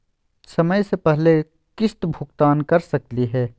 समय स पहले किस्त भुगतान कर सकली हे?